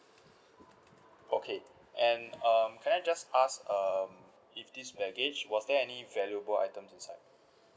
okay and um can I just ask um if this baggage was there any valuable items inside